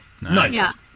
Nice